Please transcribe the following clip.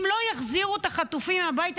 אם לא יחזירו את החטופים הביתה,